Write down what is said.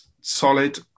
solid